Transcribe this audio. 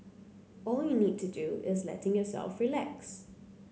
all you need to do is letting yourself relax